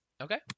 okay